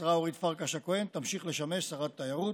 השרה אורית פרקש הכהן תמשיך לשמש שרת התיירות.